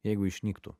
jeigu išnyktų